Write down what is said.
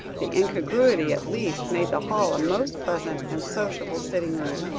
the incongruity at least made the hall a most pleasant and sociable sitting-room.